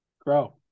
grow